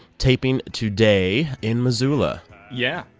taping today in missoula yeah,